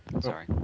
Sorry